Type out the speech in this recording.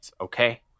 okay